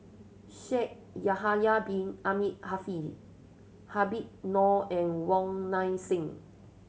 Shaikh Yahya Bin Ahmed Afifi Habib Noh and Wong Nai Chin